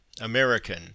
American